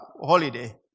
holiday